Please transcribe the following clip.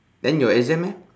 then your exam eh